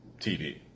TV